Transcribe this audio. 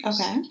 Okay